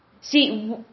See